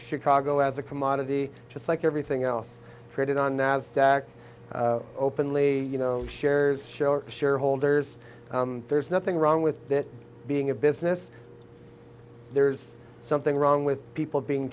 chicago as a commodity just like everything else traded on nasdaq openly you know shares share shareholders there's nothing wrong with that being a business there's something wrong with people being